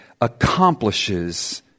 accomplishes